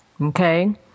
Okay